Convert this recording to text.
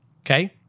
okay